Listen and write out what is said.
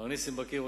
מר נסים בקיר,